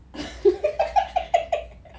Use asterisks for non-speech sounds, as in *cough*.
*laughs*